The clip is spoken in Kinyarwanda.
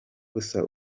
gusa